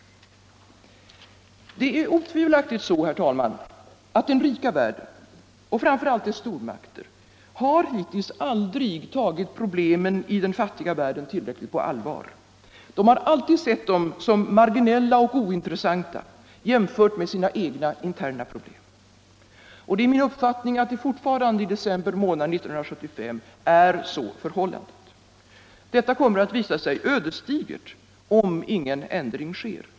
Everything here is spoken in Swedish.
Det är otvivelaktigt så, herr talman, att den rika världen, framför allt dess stormakter, hittills aldrig har tagit problemen i den fattiga världen tillräckligt på allvar. De har alltid sett dem som marginella och ointressanta jämfört med sina egna interna problem. Det är min uppfattning att fortfarande, i december månad 1975, är så förhållandet. Det kommer att visa sig ödesdigert om ingen ändring sker.